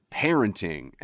parenting